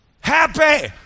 happy